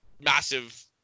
massive